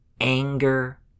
anger